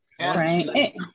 right